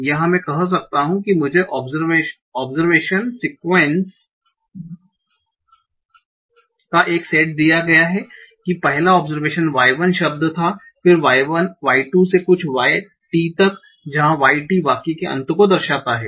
तो यहाँ मैं कह सकता हूँ कि मुझे आब्ज़र्वैशन सीक्वेंस का एक सेट दिया गया है कि पहला आब्ज़र्वैशन Y 1 शब्द था फिर Y 2 से कुछ Y t तक जहाँ Y t वाक्य के अंत को दर्शाता है